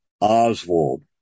Oswald